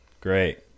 Great